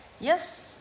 Yes